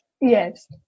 Yes